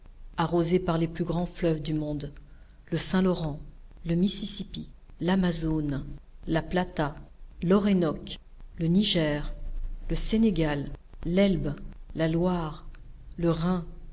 arrosé par les plus grands fleuves du monde le saint-laurent le mississipi l'amazone la plata l'orénoque le niger le sénégal l'elbe la loire le rhin